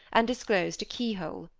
and disclosed a key-hole.